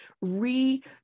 re